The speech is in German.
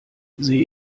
sehe